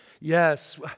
Yes